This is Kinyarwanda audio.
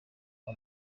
kwa